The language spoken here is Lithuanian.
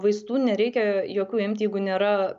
vaistų nereikia jokių imt jeigu nėra